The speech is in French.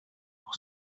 pour